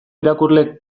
irakurle